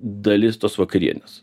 dalis tos vakarienės